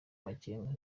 amakenga